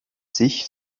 sich